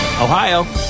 Ohio